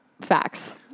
facts